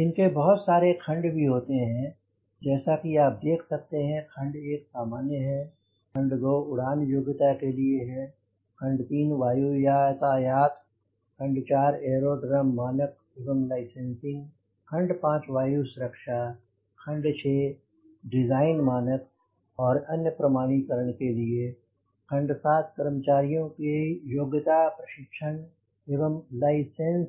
इनके बहुत सारे खंड भी होते हैं जैसा कि आप देख सकते हैं खंड 1 सामान्य है खंड 2 उड़ान योग्यता के लिए खंड 3 वायु यातायात खंड 4 एरोड्रम मानक एवं लाइसेंसिंग खंड 5 वायु सुरक्षा खंड 6 डिजाइन मानक और अन्य प्रमाणीकरण के लिए खंड 7 कर्मचारियों की योग्यता प्रशिक्षण एवं लाइसेंस सिंह